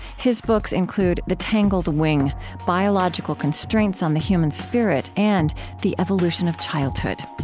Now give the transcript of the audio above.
his books include the tangled wing biological constraints on the human spirit and the evolution of childhood